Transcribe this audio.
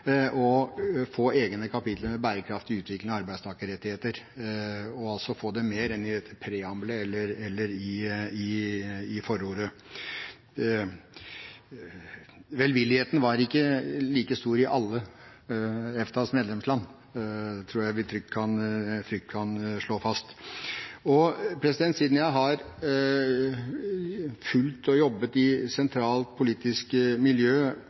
få egne kapitler med bærekraftig utvikling og arbeidstakerrettigheter og få det mer enn i preambelet eller i forordet. Velvilligheten var ikke like stor i alle EFTAs medlemsland, tror jeg vi trygt kan slå fast. Jeg har fulgt og jobbet i sentrale politiske miljø